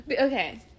okay